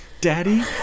Daddy